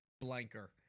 blanker